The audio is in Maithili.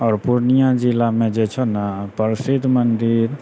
आओर पूर्णिया जिलामे जे छौ ने प्रसिद्ध मन्दिर